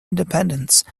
independence